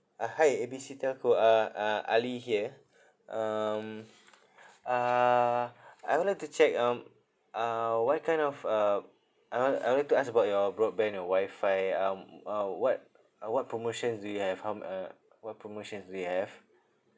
uh hi A B C telco uh uh ali here um uh I would like to check um uh what kind of um I would like I would like to ask about your broadband and wifi um uh what uh what promotions do you have how m~ uh what promotions do you have